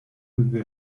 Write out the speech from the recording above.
desde